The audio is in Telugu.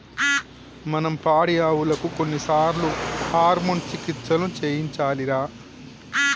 మనం పాడియావులకు కొన్నిసార్లు హార్మోన్ చికిత్సలను చేయించాలిరా